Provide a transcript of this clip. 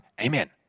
Amen